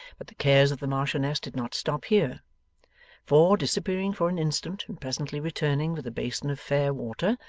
but the cares of the marchioness did not stop here for, disappearing for an instant and presently returning with a basin of fair water,